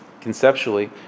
conceptually